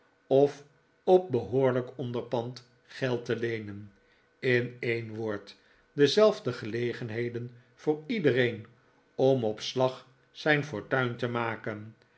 of op behoorlijk onderpand geld te leenen in een woord dezelfde gelegehheden voor iedereen om op slag zijn fortuin te maken